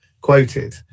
quoted